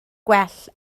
gwell